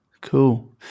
Cool